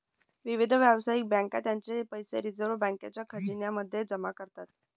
विविध व्यावसायिक बँका त्यांचे पैसे रिझर्व बँकेच्या खजिन्या मध्ये जमा करतात